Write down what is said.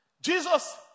Jesus